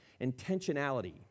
intentionality